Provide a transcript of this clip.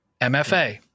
MFA